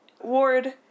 Ward